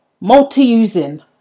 multi-using